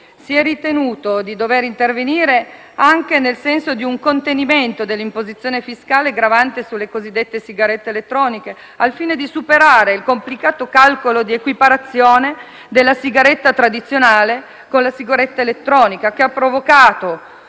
Si è ritenuto di dover intervenire anche nel senso di un contenimento dell'imposizione fiscale gravante sulle cosiddette sigarette elettroniche, al fine di superare il complicato calcolo di equiparazione della sigaretta tradizionale con quella elettronica, che ha provocato